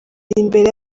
imbere